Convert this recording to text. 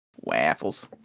Waffles